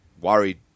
worried